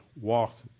walk